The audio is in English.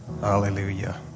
Hallelujah